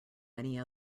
many